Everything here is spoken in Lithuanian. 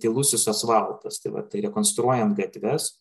tylusis asfaltas tai va tai rekonstruojant gatves